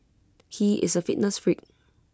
he is A fitness freak